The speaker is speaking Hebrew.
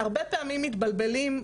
הרבה פעמים מתבלבלים,